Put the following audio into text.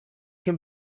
can